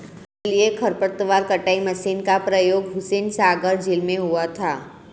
जलीय खरपतवार कटाई मशीन का प्रयोग हुसैनसागर झील में हुआ था